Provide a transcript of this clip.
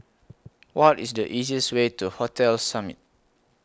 What IS The easiest Way to Hotel Summit